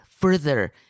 further